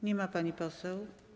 Nie ma pani poseł?